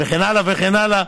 וכן הלאה וכן הלאה.